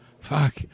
Fuck